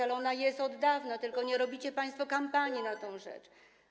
Ale ona jest od dawna, tylko nie robicie państwo kampanii na jej rzecz.